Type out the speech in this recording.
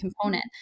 component